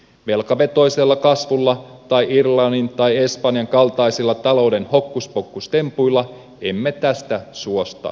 velkavetoisella kasvulla tai irlannin tai espanjan kaltaisilla talouden hokkuspokkustempuilla emme tästä suosta nouse